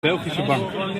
belgische